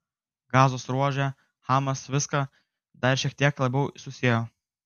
gazos ruože hamas viską dar šiek tiek labiau susiejo